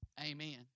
Amen